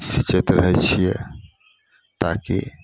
सीँचैत रहै छियै ताकि